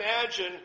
imagine